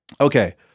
Okay